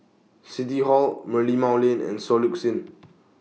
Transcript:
City Hall Merlimau Lane and Soluxe Inn